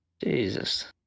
Jesus